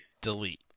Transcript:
Delete